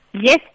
yes